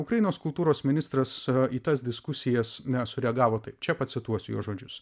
ukrainos kultūros ministras į tas diskusijas sureagavo taip čia pacituosiu jo žodžius